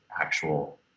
actual